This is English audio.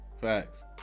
Facts